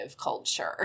culture